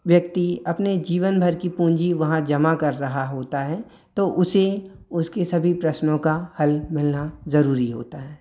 व्यक्ति अपने जीवन भर की पूँजी वहाँ जमा कर रहा होता है तो उसे उसके सभी प्रश्नों का हल मिलना ज़रूरी होता है